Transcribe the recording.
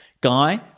guy